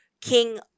King